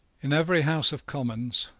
in every house of commons,